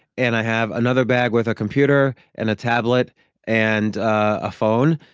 and i have another bag with a computer and a tablet and a phone,